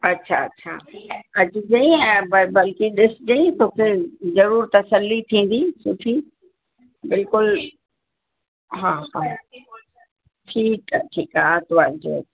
अच्छा अच्छा अचजे ऐं ब बल्कि ॾिसजे तोखे ज़रूरु तसल्ली थींदी सुठी बिल्कुलु हा हा ठीकु आहे ठीकु आहे आतवार जो अचु